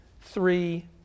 three